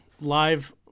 live